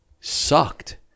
sucked